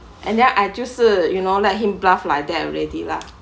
and then I 就是 you know let him bluff like that already lah